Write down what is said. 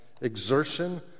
exertion